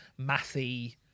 mathy